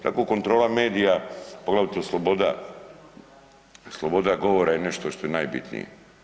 Tako kontrola medija poglavito sloboda, sloboda govora je nešto što je najbitnije.